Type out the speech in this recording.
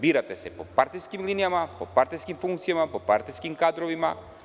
Birate se po partijskim linijama, po partijskim funkcijama, po partijskim kadrovima.